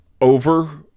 Over